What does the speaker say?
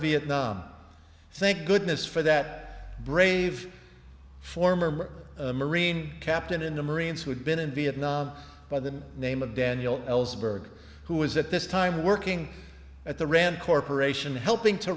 vietnam thank goodness for that brave former marine captain in the marines who had been in vietnam by the name of daniel ellsberg who was at this time working at the rand corporation helping to